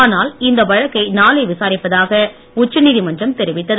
ஆனால் இந்த வழக்கை நாளை விசாரிப்பதாக உச்சநீதிமன்றம் தெரிவித்தது